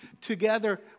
together